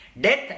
death